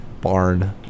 barn